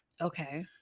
Okay